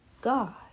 God